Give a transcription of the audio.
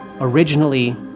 originally